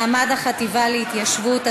(מעמד החטיבה להתיישבות),